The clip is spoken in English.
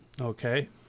Okay